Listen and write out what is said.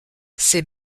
ces